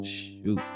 Shoot